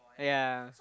yeah